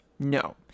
No